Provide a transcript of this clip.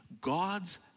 God's